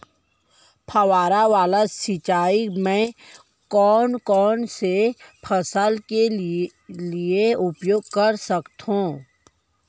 फवारा वाला सिंचाई मैं कोन कोन से फसल के लिए उपयोग कर सकथो?